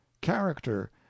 character